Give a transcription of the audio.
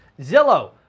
Zillow